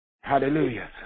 Hallelujah